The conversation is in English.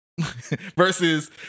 Versus